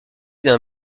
d’un